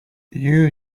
you